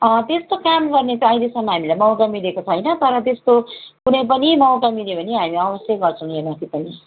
त्यस्तो काम गर्ने चाहिँ अहिलेसम्म हामीलाई मौका मिलेको छैन तर त्यस्तो कुनै पनि मौका मिल्यो भयो हामी अवश्य गर्छौँ योमाथि पनि